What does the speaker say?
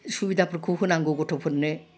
सुबिदाफोरखौ होनांगौ गथ'फोरनो